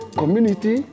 community